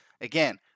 Again